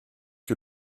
que